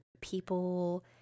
people